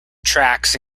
tracks